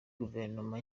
guverinoma